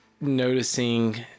noticing